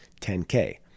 10K